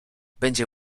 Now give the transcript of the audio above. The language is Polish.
będzie